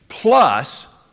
plus